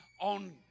on